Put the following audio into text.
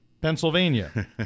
Pennsylvania